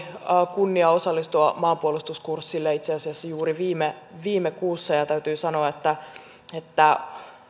kunnia osallistua maanpuolustuskurssille itse asiassa juuri viime viime kuussa ja täytyy sanoa että että